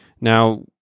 Now